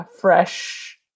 fresh